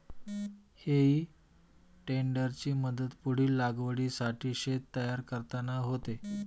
हेई टेडरची मदत पुढील लागवडीसाठी शेत तयार करताना होते